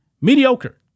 Mediocre